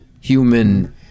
human